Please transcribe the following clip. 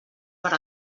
per